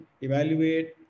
evaluate